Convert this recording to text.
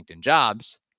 Jobs